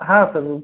हा सर